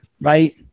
right